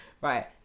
Right